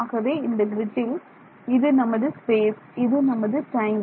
ஆகவே இந்த கிரிட்டில் இது நமது ஸ்பேஸ் இது நமது டைம்